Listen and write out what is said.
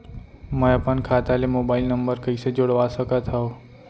मैं अपन खाता ले मोबाइल नम्बर कइसे जोड़वा सकत हव?